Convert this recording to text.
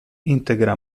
integra